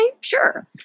sure